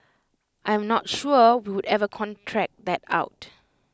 I am not sure we would ever contract that out